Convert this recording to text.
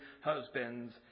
husbands